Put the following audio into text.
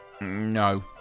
No